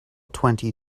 twenty